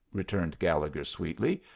returned gallegher, sweetly.